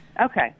Okay